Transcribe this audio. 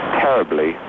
terribly